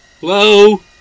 Hello